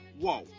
whoa